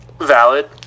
Valid